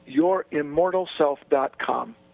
yourimmortalself.com